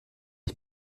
ich